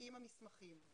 עם המסמכים;